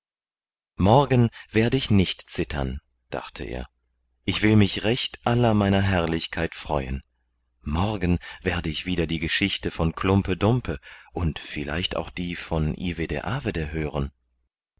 morgen werde ich nicht zittern dachte er ich will mich recht aller meiner herrlichkeit freuen morgen werde ich wieder die geschichte von klumpe dumpe und vielleicht auch die von ivede avede hören